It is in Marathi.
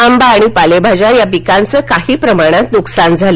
आंबा आणि पालेभाज्या या पिकांचं काही प्रमाणात नुकसान झालं